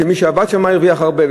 שמי שעבד שם הרוויח הרבה,